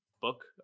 book